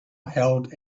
held